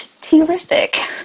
Terrific